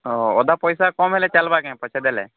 ହଁ ଅଧା ପଇସା କମ୍ ହେଲେ ଚାଲବାକେ ପଛେ ଦେଲେ